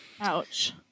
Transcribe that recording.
Ouch